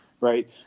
right